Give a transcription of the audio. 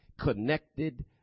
connected